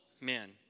men